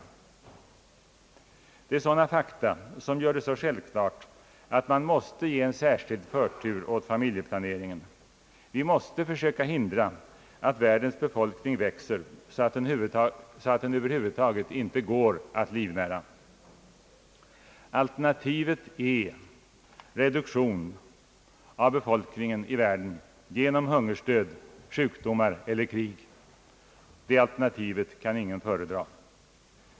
Det är sådana fakta som gör det så självklart, att man måste ge en särskild förtur åt familjeplaneringen. Vi måste försöka hindra att världens befolkning växer så att den över huvud taget inte går att livnära. Alternativet är reduktion genom hungersnöd, sjukdomar eller krig. Det alternativet kan ingen föredraga.